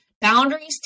Boundaries